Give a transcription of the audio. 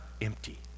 empty